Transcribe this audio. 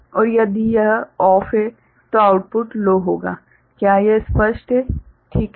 और यदि यह OFF है तो आउटपुट लो होगा क्या यह स्पष्ट है ठीक है